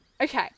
Okay